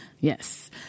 Yes